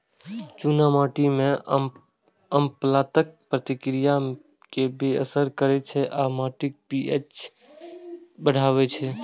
चूना माटि मे अम्लताक प्रतिक्रिया कें बेअसर करै छै आ माटिक पी.एच बढ़बै छै